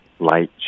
light